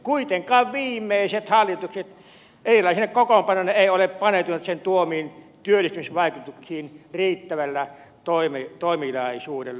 kuitenkaan viimeiset hallitukset erilaisine kokoonpanoineen eivät ole paneutuneet sen tuomiin työllisyysvaikutuksiin riittävällä toimeliaisuudella